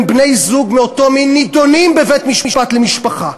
בני-זוג מאותו המין נדונים בבית-משפט לענייני משפחה.